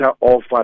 offer